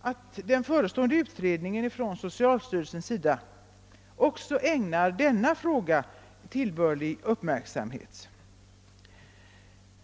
att den förestående utredningen från socialstyrelsens sida också ägnar denna fråga tillbörlig uppmärksamhet?